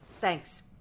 Thanks